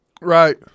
Right